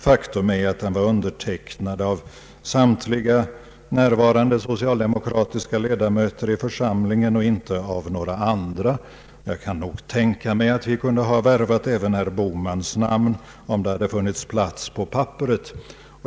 Faktum är att den var undertecknad av samtliga närvarande socialdemokratiska ledamöter i församlingen och inte av några andra. Jag kan tänka mig att vi kunde ha värvat även herr Bohmans namn, om det hade funnits plats på papperet.